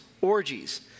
orgies